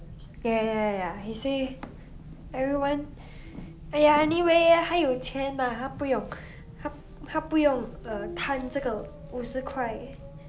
ya ya ya ya ya he say everyone !aiya! anyway 他有钱 lah 他不用他不用 err 贪这个五十块